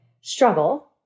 struggle